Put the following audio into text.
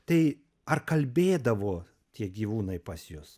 tai ar kalbėdavo tie gyvūnai pas jus